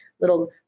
little